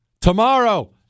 Tomorrow